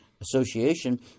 association